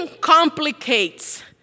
complicates